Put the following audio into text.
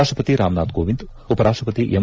ರಾಷ್ಷಪತಿ ರಾಮನಾಥ್ ಕೋವಿಂದ್ ಉಪರಾಷ್ಷಪತಿ ಎಂ